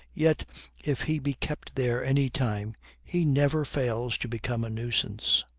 yet if he be kept there any time he never fails to become a nuisance.